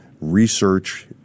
research